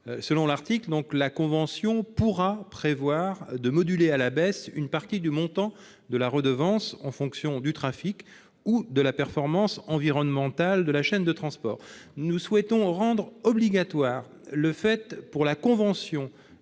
Selon cet article, la convention pourra prévoir de moduler à la baisse une partie du montant de la redevance en fonction du trafic ou de la performance environnementale de la chaîne de transport. Nous souhaitons rendre obligatoire le fait pour la convention